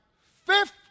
fifth